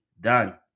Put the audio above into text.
done